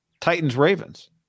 Titans-Ravens